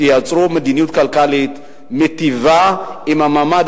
תייצרו מדיניות כלכלית מיטיבה עם מעמד